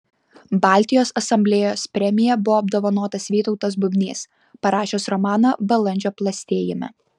baltijos asamblėjos premija buvo apdovanotas vytautas bubnys parašęs romaną balandžio plastėjime